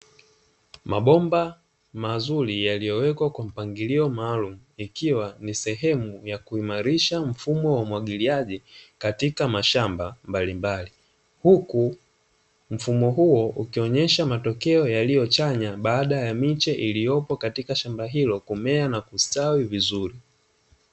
Mabomba mazuri yaliyowekewa kwa mpangilio maalumu, ikiwa ni sehemu ya kuimarisha mfumo wa umwagiliaji katika mashamba mbalimbali, huku mfumo huu ukionesha matokea yaliyo chanya baada ya miche iliyopo katika shamba hilo kumea na kustawi vizuri.